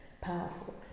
powerful